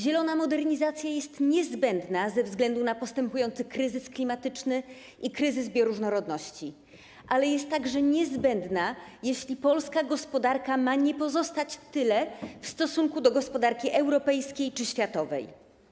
Zielona modernizacja jest niezbędna ze względu na postępujący kryzys klimatyczny i kryzys bioróżnorodności, ale jest także niezbędna, jeśli polska gospodarka ma nie pozostać w tyle w stosunku do gospodarki europejskiej czy gospodarki światowej.